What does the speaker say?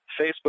Facebook